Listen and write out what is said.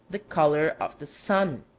the color of the sun.